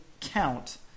count